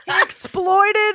exploited